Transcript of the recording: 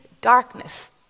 darkness